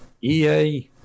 EA